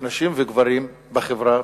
נשים וגברים בחברה,